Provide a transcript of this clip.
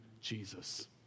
Jesus